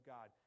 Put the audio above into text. God